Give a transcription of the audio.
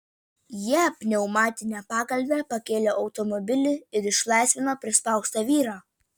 jie pneumatine pagalve pakėlė automobilį ir išlaisvino prispaustą vyrą